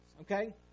okay